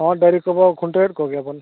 ᱦᱮᱸ ᱰᱟᱹᱝᱨᱤ ᱠᱚᱵᱚᱱ ᱠᱷᱩᱱᱴᱟᱹᱣᱮᱫ ᱠᱚ ᱜᱮᱭᱟ ᱵᱚᱱ